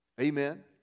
Amen